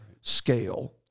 scale